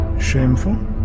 Shameful